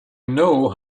know